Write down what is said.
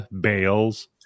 Bales